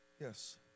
yes